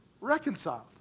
reconciled